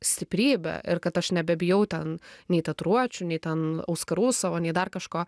stiprybę ir kad aš nebebijau ten nei tatuiruočių nei ten auskarų savo nei dar kažko